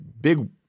big